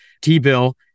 T-bill